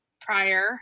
prior